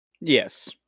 Yes